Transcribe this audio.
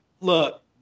look